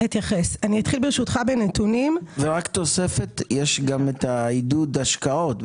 רק תוספת: יש גם עידוד השקעות במפעלים.